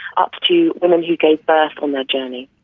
up to women who gave birth on their journey.